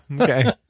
okay